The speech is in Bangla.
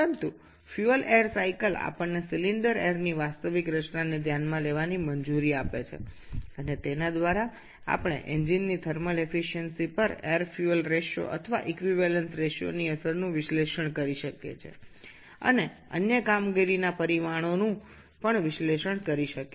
তবে ফুয়েল এয়ার চক্রে আমরা সিলিন্ডারের গ্যাসগুলির প্রকৃত মিশ্রণ আলোচনা করতে পারি এবং এর মাধ্যমে আমরা ইঞ্জিনের তাপ দক্ষতার উপর বায়ু ও জ্বালানী অনুপাত বা সমতুল্য অনুপাতের প্রভাব এবং অন্যান্য কার্য পরামিতিগুলি বিশ্লেষণ করতে পারি